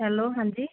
hello ਹਾਂਜੀ